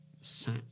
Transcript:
sat